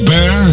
Bear